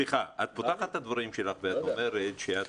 את פותחת את הדברים שלך ואת אומרת שאת